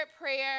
prayer